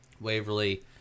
Waverly